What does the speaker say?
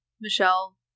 Michelle